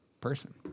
person